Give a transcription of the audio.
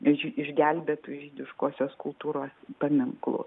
iš išgelbėtų žydiškosios kultūros paminklų